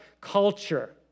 culture